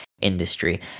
industry